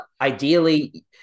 ideally –